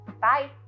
Bye